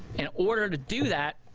in order to do that,